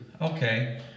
Okay